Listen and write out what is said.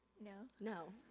no. no?